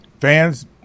fans